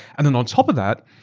and then on top of that,